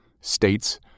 states